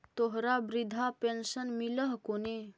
तोहरा वृद्धा पेंशन मिलहको ने?